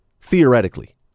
theoretically